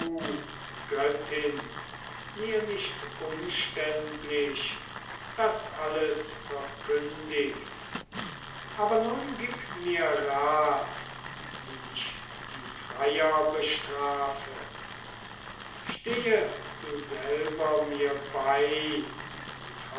göttin mir nicht umständlich das alles verkündigt aber nun gib mir rat wie ich die freier bestrafe stehe du selber mir bei und